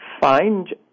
find